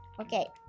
Okay